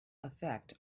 effect